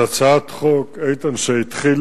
זו הצעת חוק שהתחילה